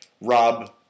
Rob